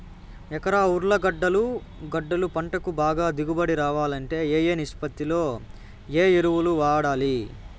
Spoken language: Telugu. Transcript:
ఎకరా ఉర్లగడ్డలు గడ్డలు పంటకు బాగా దిగుబడి రావాలంటే ఏ ఏ నిష్పత్తిలో ఏ ఎరువులు వాడాలి?